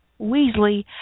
Weasley